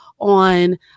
on